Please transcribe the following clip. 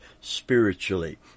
spiritually